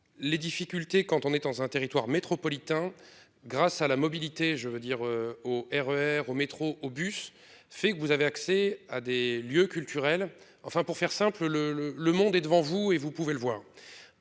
Les difficultés quand on est dans un territoire métropolitain grâce à la mobilité. Je veux dire au RER au métro au bus fait que vous avez accès à des lieux culturels. Enfin, pour faire simple le le le monde est devant vous et vous pouvez le voir.